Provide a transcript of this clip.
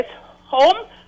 home